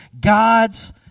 God's